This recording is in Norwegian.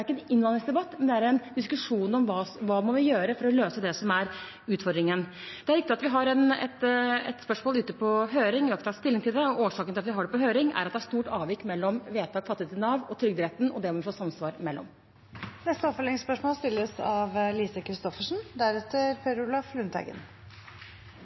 ikke en innvandringsdebatt, men en diskusjon om hva vi må gjøre for å løse utfordringene. Det er riktig at vi har et spørsmål ute på høring. Vi har ikke tatt stilling til det. Årsaken til at vi har det på høring, er at det er et stort avvik mellom vedtak fattet i Nav og i Trygderetten, og der må vi få samsvar. Lise Christoffersen – til oppfølgingsspørsmål.